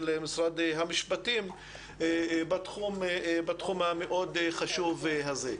של משרד המשפטים בתחום החשוב מאוד הזה.